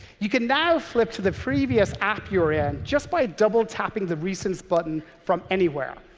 you can now flip to the previous app you were in just by double-tapping the recents button from anywhere.